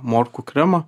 morkų kremą